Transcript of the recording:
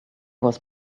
was